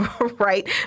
Right